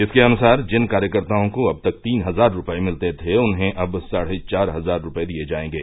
इसके अनुसार जिन कार्यकर्ताओं को अब तक तीन हजार रुपये मिलते थे उन्हें अब साढ़े चार हजार रुपये दिए जाएंगे